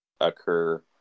occur